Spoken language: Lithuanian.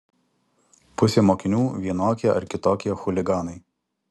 pusė mokinių vienokie ar kitokie chuliganai